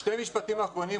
שני משפטים אחרונים.